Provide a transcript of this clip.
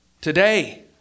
Today